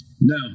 No